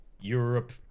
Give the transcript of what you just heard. Europe